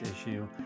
issue